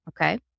Okay